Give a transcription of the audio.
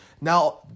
now